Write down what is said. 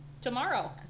Tomorrow